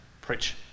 Preach